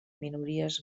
minories